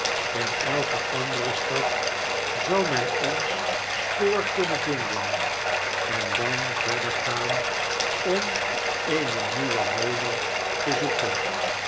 in elke andere stad zou men ons spoor kunnen vinden en dan verder gaan om eene nieuwe woning te zoeken